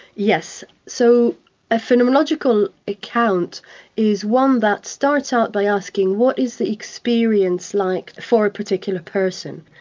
yes. so a phenomenological account is one that starts out by asking what is the experience like for a particular person,